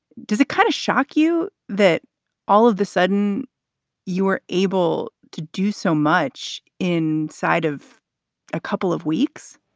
does it kind of shock you that all of the sudden you were able to do so much inside of a couple of weeks?